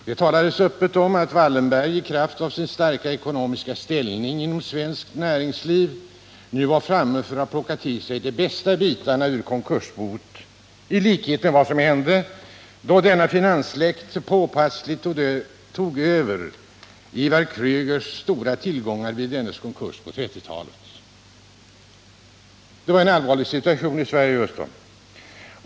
Det talades öppet om att Wallenberg, i kraft av sin starka ekonomiska ställning inom svenskt näringsliv, nu var framme för att plocka till sig de bästa bitarna ur konkursboet, i likhet med vad som hände då denna finanssläkt påpassligt tog över Ivar Kreugers stora tillgångar vid dennes konkurs på 1930-talet. Det var en allvarlig situation i Sverige just då.